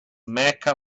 mecca